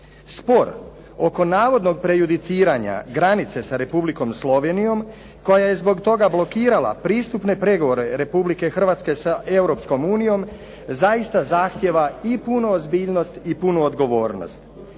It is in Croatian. Spor oko navodnog prejudiciranja granice sa Republikom Slovenijom koja je zbog toga blokirala pristupne pregovore Republike Hrvatske sa Europskom unijom zaista zahtijeva i punu ozbiljnost i punu odgovornost.